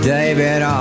David